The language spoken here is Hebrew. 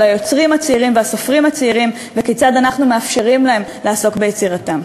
היוצרים הצעירים והסופרים הצעירים וכיצד אנחנו מאפשרים להם לעסוק ביצירתם.